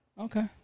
Okay